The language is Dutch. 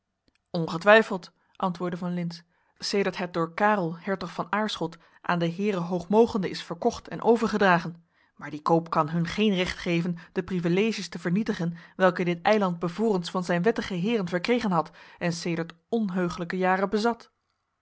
ongetwijfeld antwoordde van lintz sedert het door karel hertog van aarschot aan h h m m is verkocht en overgedragen maar die koop kan hun geen recht geven de priveleges te vernietigen welke dit eiland bevorens van zijn wettige heeren verkregen bad en sedert onheuglijke jaren bezat